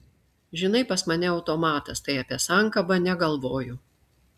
žinai pas mane automatas tai apie sankabą negalvoju